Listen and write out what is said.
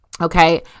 Okay